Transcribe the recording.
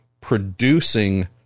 producing